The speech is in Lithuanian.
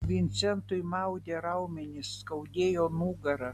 vincentui maudė raumenis skaudėjo nugarą